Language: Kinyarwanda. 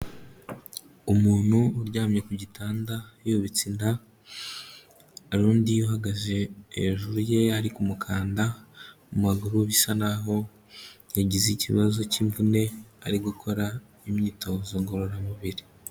Umuntu uryamye ku gitanda yubitse inda, hari undi uhagaze hejuru ye ari kumukanda mu maguru, bisa naho yagize ikibazo cy'imvune, ari gukora imyitozo ngororamubiri.